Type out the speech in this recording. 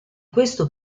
questo